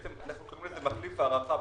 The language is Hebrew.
אנחנו קוראים לזה מחליף הארכה.